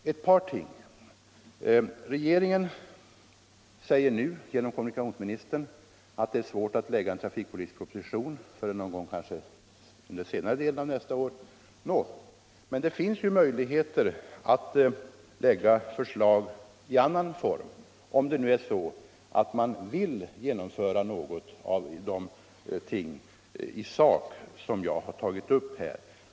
Ett par ord till! Kommunikationsministern säger att det är svårt att lägga fram en trafikpolitisk proposition förrän någon gång under kanske senare delen av nästa år. Men det finns ju möjligheter att lägga fram förslag i annan form, om man vill genomföra några av de ting som jag här har tagit upp.